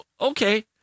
okay